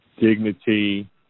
dignity